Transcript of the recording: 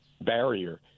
barrier